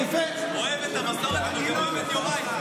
אני אוהב את המסורת אבל גם אוהב את יוראי.